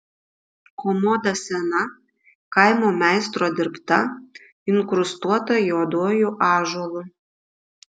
komoda sena kaimo meistro dirbta inkrustuota juoduoju ąžuolu